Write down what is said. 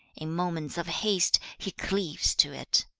in moments of haste, he cleaves to it.